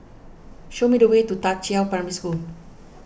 show me the way to Da Qiao Primary School